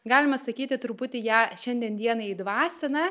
galima sakyti truputį ją šiandien dienai įdvasina